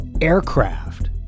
aircraft